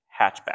hatchback